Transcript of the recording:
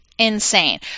Insane